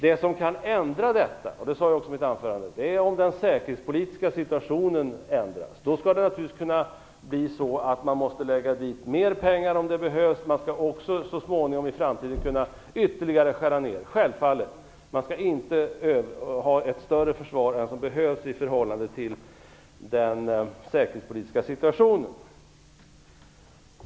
Det som kan ändra detta, och det sade jag också i mitt anförande, är om den säkerhetspolitiska situationen ändras. Då skall man naturligtvis kunna lägga dit mer pengar om det behövs. Man skall också så småningom i framtiden ytterligare kunna skära ner. Självfallet. Man skall inte ha ett större försvar än vad som behövs i förhållande till den säkerhetspolitiska situationen.